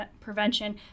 Prevention